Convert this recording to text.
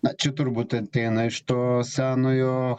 na čia turbūt ateina iš to senojo